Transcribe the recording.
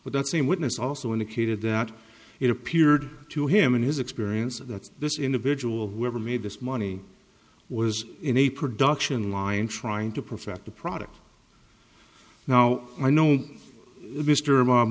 with that same witness also indicated that it appeared to him in his experience that this individual whoever made this money was in a production line trying to perfect the product now i know mr